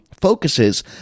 focuses